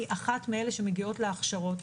היא אחת מאלה שמגיעות להכשרות.